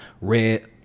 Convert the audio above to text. red